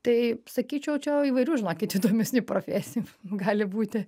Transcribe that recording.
tai sakyčiau čia įvairių žinokit įdomesnių profesijų gali būti